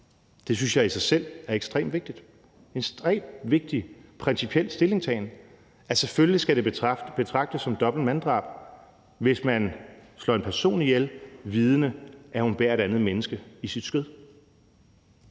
Det synes jeg i sig selv er ekstremt vigtigt – en ekstremt vigtig principiel stillingtagen. Selvfølgelig skal det betragtes som dobbelt manddrab, hvis man slår en person ihjel, vidende at hun bærer et andet menneske i sit skød.